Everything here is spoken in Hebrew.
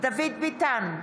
דוד ביטן,